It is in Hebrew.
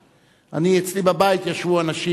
אצלי בבית ישבו אנשים